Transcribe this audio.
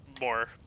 more